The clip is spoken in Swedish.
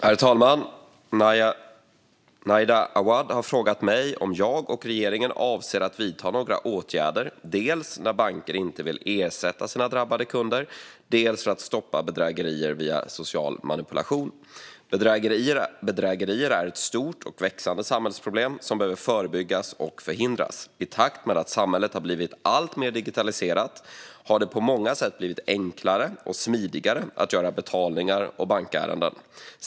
Herr talman! Nadja Awad har frågat mig om jag och regeringen avser att vidta några åtgärder dels när det gäller banker som inte vill ersätta sina drabbade kunder, dels när det gäller att stoppa bedrägerier via social manipulation. Bedrägerier är ett stort och växande samhällsproblem som behöver förebyggas och förhindras. I takt med att samhället har blivit alltmer digitaliserat har det på många sätt blivit enklare och smidigare att göra betalningar och bankärenden.